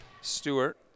Stewart